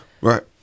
right